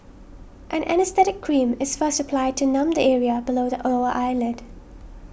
an anaesthetic cream is first applied to numb the area below the over eyelid